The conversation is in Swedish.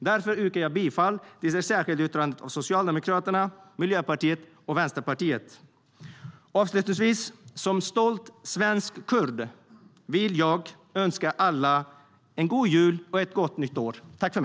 Därför hänvisar jag till det särskilda yttrandet av Socialdemokraterna, Miljöpartiet och Vänsterpartiet.